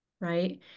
right